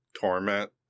Torment